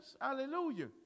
hallelujah